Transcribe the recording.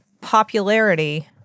popularity